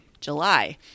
July